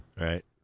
Right